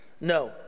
No